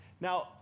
Now